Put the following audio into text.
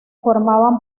formaban